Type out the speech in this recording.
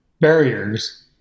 barriers